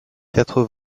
quatre